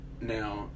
Now